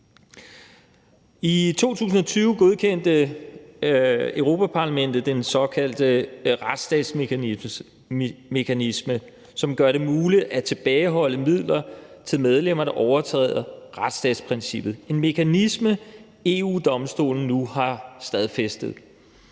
I 2020 godkendte Europa-Parlamentet den såkaldte retsstatsmekanisme, som gør det muligt at tilbageholde midler til medlemmer, der overtræder retsstatsprincippet – en mekanisme, EU-Domstolen nu har stadfæstet.